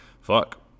Fuck